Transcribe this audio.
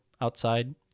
outside